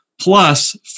plus